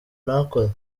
nakoze